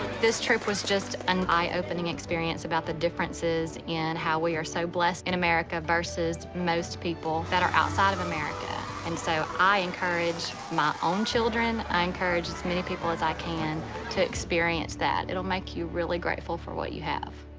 this trip was just an eye opening experience about the differences and how we are so blessed in america versus most people that are outside of america. and so, i encourage my own children i encourage as many people as i can to experience that. it will make you really grateful for what you have.